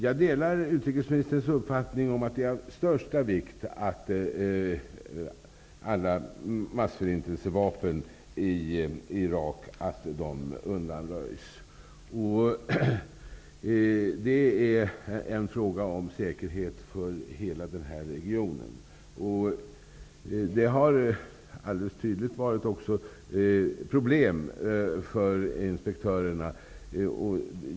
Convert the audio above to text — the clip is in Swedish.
Jag delar utrikesministerns uppfattning att det är av största vikt att alla massförintelsevapen i Irak elimineras. Det handlar om säkerheten för hela den regionen. Det har alldeles tydligt också varit problem för inspektörerna.